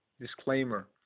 disclaimer